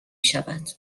شود